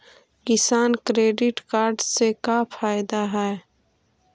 किसान credit card से का फायदा है?